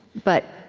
but